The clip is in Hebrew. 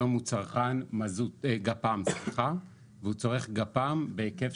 היום הוא צרכן גפ"מ והוא צורך גפ"מ בהיקף